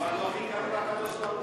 אבל תנו לי לענות לכם.